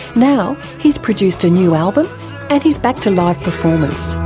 now he's produced a new album and he's back to live performance.